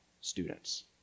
students